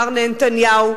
מר נהנתניהו,